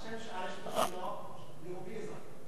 השם הוא: לאומי-אזרחי.